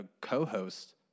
co-host